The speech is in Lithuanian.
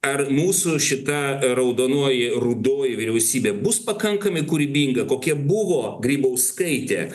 ar mūsų šita raudonuoji rudoji vyriausybė bus pakankami kūrybinga kokie buvo grybauskaitė